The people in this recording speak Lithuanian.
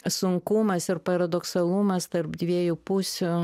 sunkumas ir paradoksalumas tarp dviejų pusių